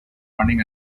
running